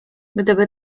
gdyby